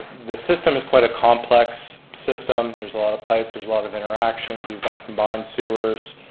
the system is quite a complex system, there's a lot of pipes, there's a lot of interactions, you've got combined sewers.